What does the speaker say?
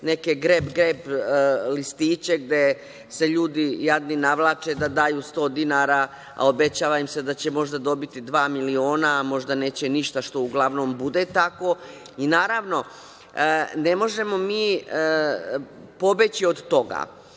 neke greb-greb listiće gde se ljudi jadni navlače da daju 100 dinara, obećava im se da će možda dobiti dva miliona, a možda neće dobiti ništa, a uglavnom bude tako. Naravno, ne možemo mi pobeći od toga,